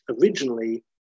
originally